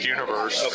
Universe